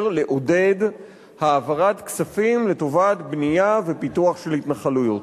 לעודד העברת כספים לטובת בנייה ופיתוח של התנחלויות.